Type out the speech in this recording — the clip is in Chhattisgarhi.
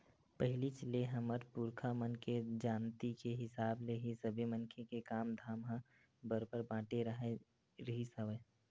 पहिलीच ले हमर पुरखा मन के जानती के हिसाब ले ही सबे मनखे के काम धाम ह बरोबर बटे राहत रिहिस हवय